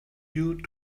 you